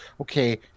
okay